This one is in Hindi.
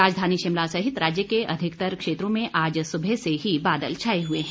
राजधानी शिमला सहित राज्य के अधिकतर क्षेत्रों में आज सुबह से ही बादल छाए हुए हैं